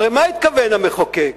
הרי מה התכוון המחוקק?